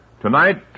Tonight